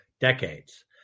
decades